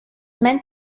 meant